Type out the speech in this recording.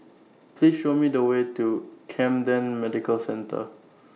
Please Show Me The Way to Camden Medical Centre